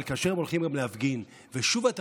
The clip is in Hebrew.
אבל כאשר הם הולכים להפגין,